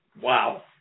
Wow